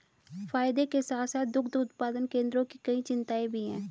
फायदे के साथ साथ दुग्ध उत्पादन केंद्रों की कई चिंताएं भी हैं